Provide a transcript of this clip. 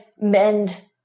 mend